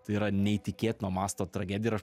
tai yra neįtikėtino masto tragedija ir